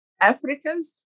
Africans